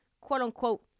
quote-unquote